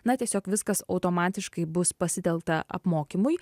na tiesiog viskas automatiškai bus pasitelkta apmokymui